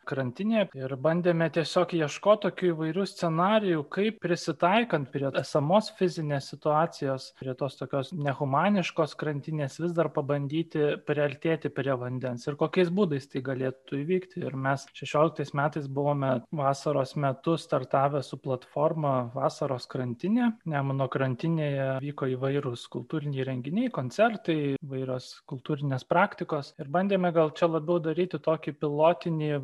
krantinėje ir bandėme tiesiog ieškot tokių įvairių scenarijų kaip prisitaikant prie esamos fizinės situacijos prie tos tokios nehumaniškos krantinės vis dar pabandyti priartėti prie vandens ir kokiais būdais tai galėtų įvykti ir mes šešioliktais metais buvome vasaros metu startavę su platforma vasaros krantinė nemuno krantinėje vyko įvairūs kultūriniai renginiai koncertai įvairios kultūrinės praktikos ir bandėme gal čia labiau daryti tokį pilotinį